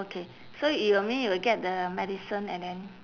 okay so you mean you'll get the medicine and then